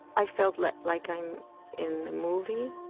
i felt like like i'm in a movie,